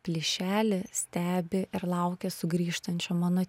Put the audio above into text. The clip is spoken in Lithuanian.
plyšelį stebi ir laukia sugrįžtančio mano